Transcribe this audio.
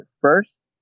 first